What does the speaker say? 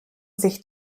sich